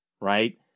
right